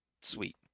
sweet